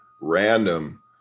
random